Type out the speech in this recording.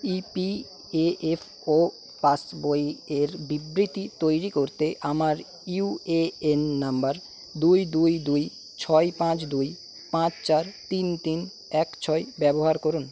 EPFO pass বইয়ের বিবৃতি তৈরি করতে আমার ইউএএন নম্বর দুই দুই দুই ছয় পাঁচ দুই পাঁচ চার তিন তিন এক ছয় ব্যবহার করুন